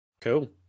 Cool